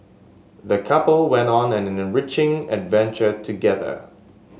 the couple went on an enriching adventure together